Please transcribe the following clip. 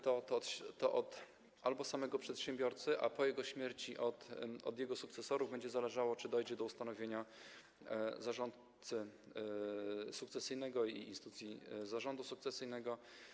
To od samego przedsiębiorcy, a po jego śmierci od jego sukcesorów będzie zależało, czy dojdzie do ustanowienia zarządcy sukcesyjnego i instytucji zarządu sukcesyjnego.